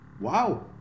wow